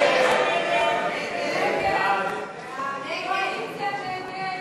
ההסתייגויות לסעיף 98, הוצאות מינהל מקרקעי ישראל,